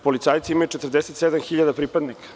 Policajci imaju 47.000 pripadnika.